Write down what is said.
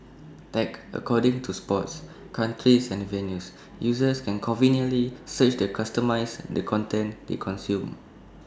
tagged according to sports countries and venues users can conveniently search the customise the content they consume